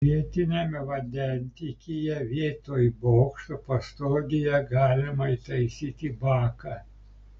vietiniame vandentiekyje vietoj bokšto pastogėje galima įtaisyti baką